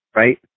right